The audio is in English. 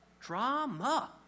Drama